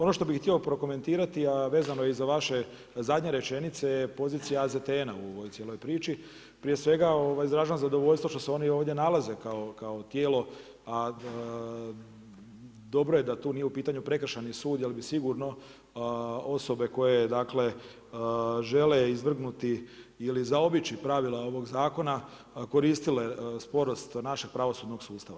Ono što bi htio prokomentirati, a vezano je i za vaše zadnje rečenice je pozicija AZTN-a u ovoj cijeloj priči, prije svega izražavam zadovoljstvo što se oni ovdje nalaze ovdje kao tijelo a dobro da tu nije u pitanju prekršajni sud jer bi sigurno osobe koje žele izvrgnuti ili zaobići pravila ovog zakona, koristile sporost našeg pravosudnog sustava.